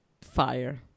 fire